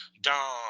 Dom